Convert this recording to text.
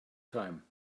time